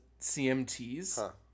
CMTs